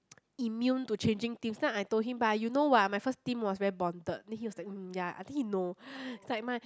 immune to changing things then I told him but you know why my first team was very bonded then he was like um ya I think he know it's like my